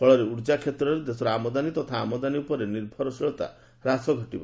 ଫଳରେ ଉର୍ଜା କ୍ଷେତ୍ରରେ ଦେଶର ଆମଦାନୀ ତଥା ଆମଦାନୀ ଉପରେ ନିର୍ଭରଶୀଳତା ହ୍ରାସ ଘଟିବ